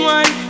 one